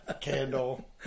Candle